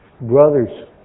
brother's